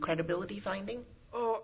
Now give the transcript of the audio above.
credibility finding oh